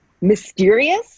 mysterious